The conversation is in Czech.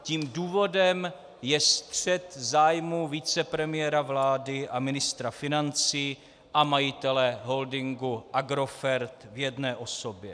Tím důvodem je střet zájmů vicepremiéra vlády a ministra financí a majitele holdingu Agrofert v jedné osobě.